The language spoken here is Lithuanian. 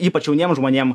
ypač jauniem žmonėm